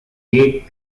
gate